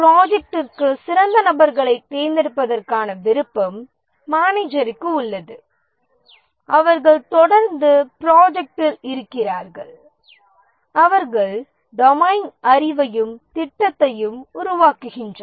ப்ரோஜெக்ட்டிக்கு சிறந்த நபர்களைத் தேர்ந்தெடுப்பதற்கான விருப்பம் மேனேஜருக்கு உள்ளது அவர்கள் தொடர்ந்து ப்ரோஜெக்ட்டில் இருக்கிறார்கள் அவை டொமைன் அறிவையும் திட்டத்தையும் உருவாக்குகின்றன